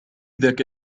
ذاك